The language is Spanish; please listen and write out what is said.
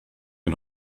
que